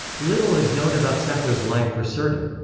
little is known about sappho's life for certain.